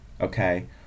okay